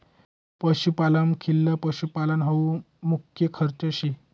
पशुपालनमा खिला पशुपालन हावू मुख्य खर्च शे